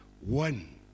one